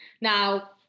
Now